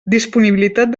disponibilitat